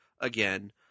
again